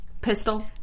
Pistol